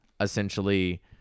essentially